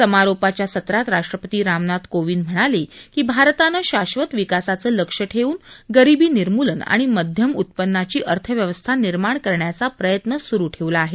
समारोपाच्या सत्रात राष्ट्पती रामनाथ कोविंद म्हणाले की भारतानं शाश्वत विकासाचं लक्ष्य ठेवून गरिबी निर्मूलन आणि मध्यम उत्पन्नाची अर्थव्यवस्था निर्माण करण्याचा प्रयत्न सुरू ठेवला आहे